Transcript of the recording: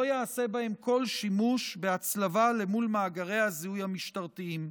ייעשה בהם כל שימוש בהצלבה עם מאגרי הזיהוי המשטרתיים.